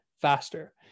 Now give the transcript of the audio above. faster